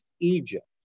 Egypt